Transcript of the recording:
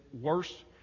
worse